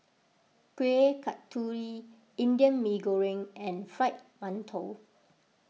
Kueh Kasturi Indian Mee Goreng and Fried Mantou